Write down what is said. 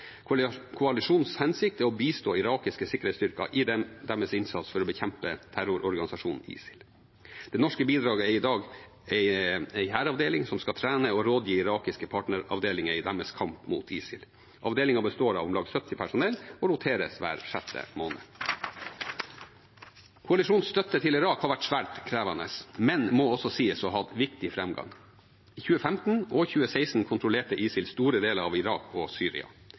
hensikt er å bistå irakiske sikkerhetsstyrker i deres innsats for å bekjempe terrororganisasjonen ISIL. Det norske bidraget er i dag en hæravdeling som skal trene og gi irakiske partneravdelinger råd i deres kamp mot ISIL. Avdelingen består av rundt 70 personell og roteres hver sjette måned. Koalisjonens støtte til Irak har vært svært krevende, men må også sies å ha hatt viktig framgang. I 2015 og 2016 kontrollerte ISIL store deler av Irak og Syria.